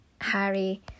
Harry